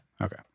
okay